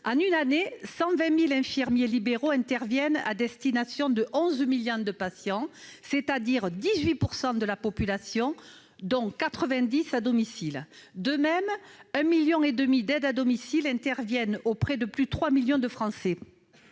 Chaque année, 120 000 infirmiers libéraux interviennent auprès de 11 millions de patients, soit 18 % de la population, dans 90 % des cas à domicile. De même, 1,5 million d'aides à domicile interviennent auprès de plus de 3 millions de Français.